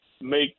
make